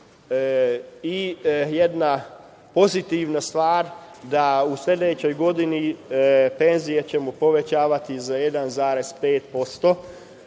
i jedna pozitivna stvar, da u sledećoj godini penzije ćemo povećavati za 1,5%.